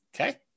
Okay